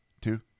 two